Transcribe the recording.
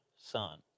son